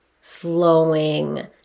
slowing